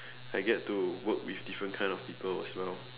I get to work with different kind of people as well